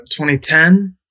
2010